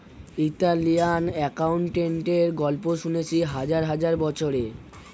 Italian অ্যাকাউন্টেন্টের গল্প শুনেছি হাজার হাজার বছরের